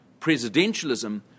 presidentialism